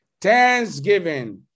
Thanksgiving